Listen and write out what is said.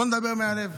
בוא נדבר מהלב.